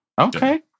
Okay